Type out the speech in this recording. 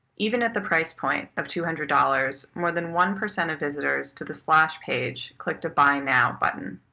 even at the price point of two hundred dollars, more than one percent of visitors to the splash page clicked a buy now button.